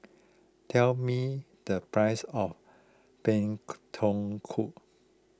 tell me the price of Pak Thong Ko